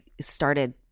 started